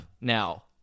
now